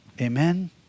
amen